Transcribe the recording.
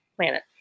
planet